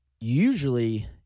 usually